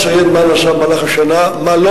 מייד אציין מה נעשה במהלך השנה ומה לא